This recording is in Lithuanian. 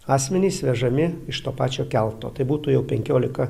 asmenys vežami iš to pačio kelto tai būtų jau penkiolika